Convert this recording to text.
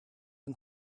een